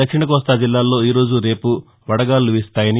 దక్షిణ కోస్తా జిల్లాల్లో ఈరోజు రేపు వడగాలులు వీస్తాయని